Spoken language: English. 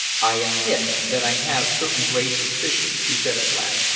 i admit that i have certain grave suspicions, he said at last,